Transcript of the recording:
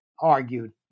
argued